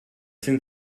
sind